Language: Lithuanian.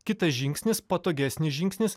kitas žingsnis patogesnis žingsnis